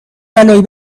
بلایی